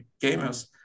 gamers